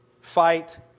Fight